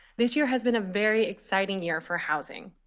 this year has been a very exciting year for housing.